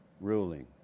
ruling